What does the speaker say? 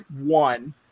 one